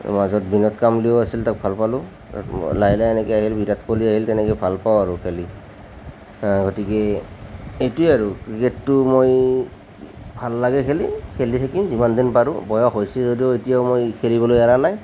মাজত বিনোদ কাম্বলিও আছিল তাক ভাল পালোঁ লাহে লাহে তেনেকৈ বিৰাট কোহলী আহিল তেনেকৈ ভাল পোৱা হলোঁ খেলি গতিকে সেইটোৱে আৰু ক্ৰিকেটটো মই ভাল লাগে খেলি খেলি থাকিম যিমান দিন পাৰোঁ বয়স হৈছে যদিও এতিয়াও মই খেলিবলৈ এৰা নাই